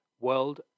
World